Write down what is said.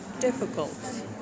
difficult